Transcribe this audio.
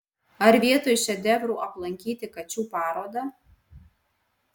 ar vietoj šedevrų aplankyti kačių parodą